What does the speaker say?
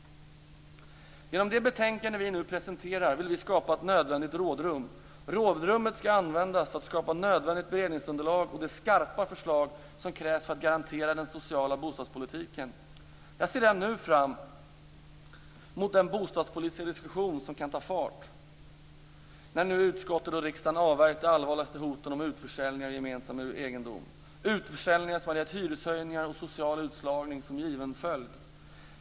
Genom det betänkande som vi nu presenterar vill vi skapa ett nödvändigt rådrum. Rådrummet skall användas för att skapa nödvändigt beredningsunderlag och de skarpa förslag som krävs för att garantera den sociala bostadspolitiken. Jag ser fortfarande fram emot den bostadspolitiska diskussion som kan ta fart när nu utskottet och riksdagen avvärjt de allvarligaste hoten om utförsäljningar av gemensam egendom, utförsäljningar med hyreshöjningar och social utslagning som en given följd.